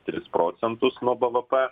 tris procentus nuo bvp